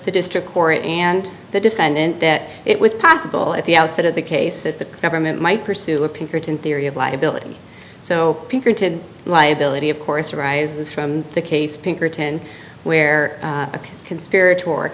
the district court and the defendant that it was possible at the outset of the case that the government might pursue a pinkerton theory of liability so peter to liability of course arises from the case pinkerton where a conspira